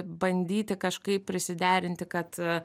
bandyti kažkaip prisiderinti kad